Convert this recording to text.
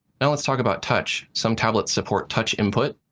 now let's talk about touch. some tablets support touch input.